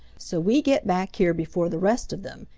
so we get back here before the rest of them,